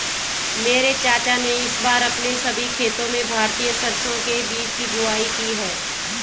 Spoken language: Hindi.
मेरे चाचा ने इस बार अपने सभी खेतों में भारतीय सरसों के बीज की बुवाई की है